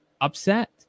upset